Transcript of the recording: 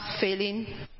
failing